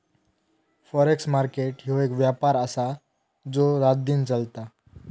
forex market ह्यो एक व्यापार आसा जो रातदिन चलता